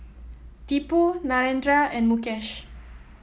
Tipu Narendra and Mukesh